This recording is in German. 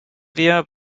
wir